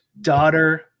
daughter